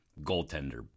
goaltender